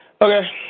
Okay